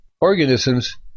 organisms